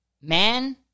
Man